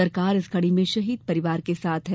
सरकार इस घड़ी में शहीद परिवार के साथ है